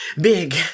big